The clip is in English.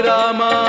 Rama